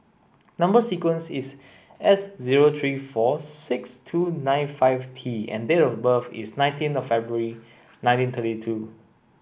number sequence is S zero three four six two nine five T and date of birth is nineteen of February nineteen thirty two